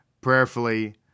prayerfully